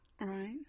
Right